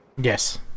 yes